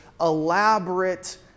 elaborate